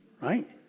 right